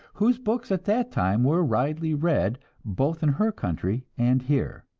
whose books at that time were widely read both in her country and here.